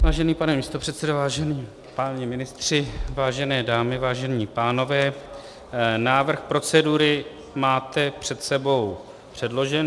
Vážený pane místopředsedo, vážení páni ministři, vážené dámy, vážení pánové, návrh procedury máte před sebou předložen.